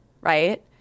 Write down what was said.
right